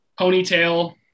ponytail